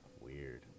Weird